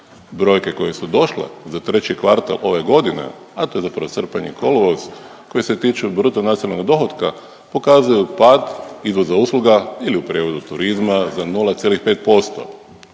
Brojke koje su došle za treći kvartal ove godine, a to je zapravo srpanj i kolovoz koji se tiče bruto nacionalnog dohotka pokazuju pad izvoza, usluga ili u prijevodu turizma za 0,5%.